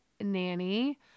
nanny